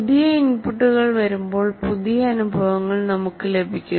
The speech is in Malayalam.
പുതിയ ഇൻപുട്ടുകൾ വരുമ്പോൾ പുതിയ അനുഭവങ്ങൾ നമുക്ക് ലഭിക്കുന്നു